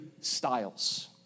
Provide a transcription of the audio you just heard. styles